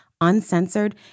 uncensored